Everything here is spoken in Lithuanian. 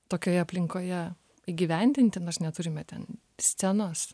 tokioje aplinkoje įgyvendinti nors neturime ten scenos